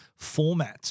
formats